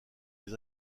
des